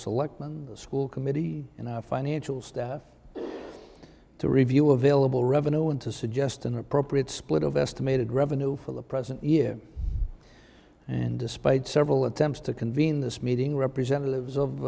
selectmen school committee and our financial staff to review available revenue and to suggest an appropriate split of estimated revenue for the present year and despite several attempts to convene this meeting representatives of